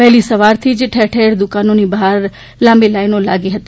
વહેલી સવારથી જ ઠેર ઠેર દુકાનો બહાર લાઈનો લાગી હતી